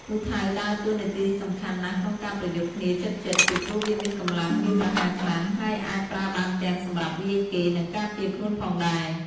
ពូថៅដើរតួនាទីសំខាន់ណាស់ក្នុងការប្រយុទ្ធគ្នាជិតៗ ពីព្រោះវាមានកម្លាំងវាយប្រហារខ្លាំង ហើយអាចប្រើបានទាំងសម្រាប់វាយគេ និងការពារខ្លួនផងដែរ។